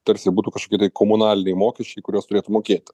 tarsi būtų kažkokie tai komunaliniai mokesčiai kuriuos turėtų mokėti